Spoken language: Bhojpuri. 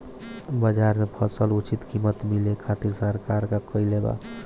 बाजार में फसल के उचित कीमत मिले खातिर सरकार का कईले बाऽ?